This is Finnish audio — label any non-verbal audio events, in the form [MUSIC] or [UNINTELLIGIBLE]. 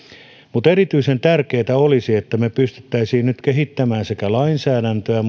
mutta erityisen tärkeätä olisi että me pystyisimme nyt sekä kehittämään lainsäädäntöä [UNINTELLIGIBLE]